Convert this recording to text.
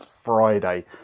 Friday